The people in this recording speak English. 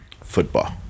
football